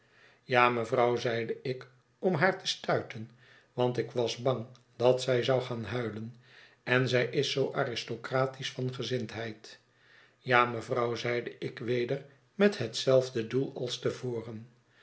ja mevrouw zeide ik om haar te stuiten want ik was bang dat zij zou gaanhuilen en zij is zoo aristocratisch van gezindheid ja mevrouw zeide ik weder met hetzelfde doel als te voren